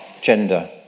gender